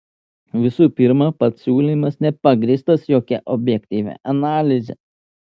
visų pirma pats siūlymas nepagrįstas jokia objektyvia analize